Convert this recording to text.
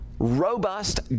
robust